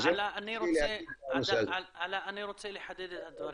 עלא, אני רוצה לחדד את הדברים.